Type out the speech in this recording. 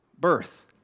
birth